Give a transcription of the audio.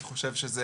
אני חושב שזה